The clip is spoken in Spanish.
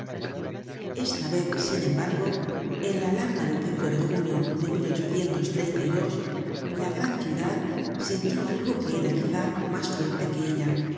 esta vez sin embargo en la alarma de de junio de la gran ciudad sintió algo que era quizá mas fuerte que ella